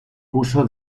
puso